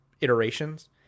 Iterations